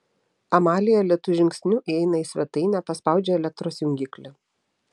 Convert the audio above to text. amalija lėtu žingsniu įeina į svetainę paspaudžia elektros jungiklį